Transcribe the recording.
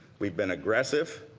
we've been aggressive,